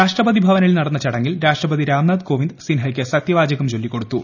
രാഷ്ട്രപതി ഭവനിൽ നടന്ന ചടങ്ങിൽ രാഷ്ട്രപതി രാം നാഥ് കോവിന്ദ് സിൻഹയ്ക്ക് സത്യവാചകം ചൊല്ലിക്കൊടുത്തു